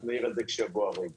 אנחנו נעיר על זה כשיבוא הרגע.